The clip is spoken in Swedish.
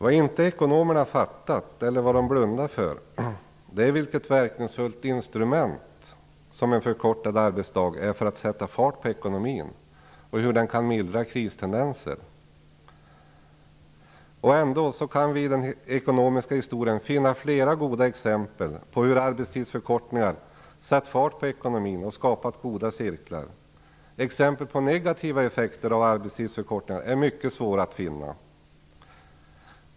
Vad inte ekonomerna fattat, eller blundar för, är vilket verkningsfullt instrument som en förkortad arbetsdag är för att sätta fart på ekonomin och hur den kan mildra kristendenser. Och ändå kan vi i den ekonomiska historien finna flera goda exempel på hur arbetstidsförkortningar satt fart på ekonomin och skapat goda cirklar. Exempel på negativa effekter av arbetstidsförkortningar är mycket svåra att finna.